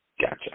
Gotcha